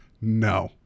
no